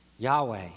Yahweh